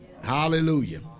hallelujah